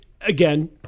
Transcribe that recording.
again